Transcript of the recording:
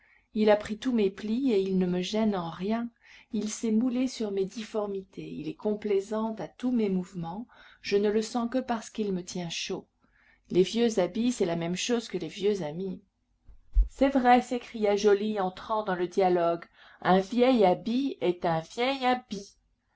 il a pris tous mes plis il ne me gêne en rien il s'est moulé sur mes difformités il est complaisant à tous mes mouvements je ne le sens que parce qu'il me tient chaud les vieux habits c'est la même chose que les vieux amis c'est vrai s'écria joly entrant dans le dialogue un vieil habit est un vieil abi